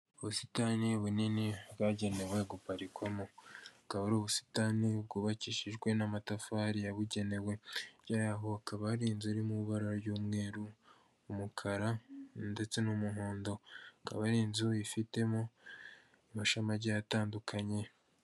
Ubusitani bunini bwagenewe guparikwamo, akaba ari ubusitani bwubakishijwe n'amatafari yabugenewe, hirya yaho hakaba hari inzu iri mu ibara ry'umweru, umukara ndetse n'umuhondo. Akaba ari inzu ifitemo amashami agiye atandukanye.